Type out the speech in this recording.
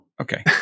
Okay